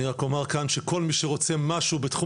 אני רק אומר כאן שכל מי שרוצה משהו בתחום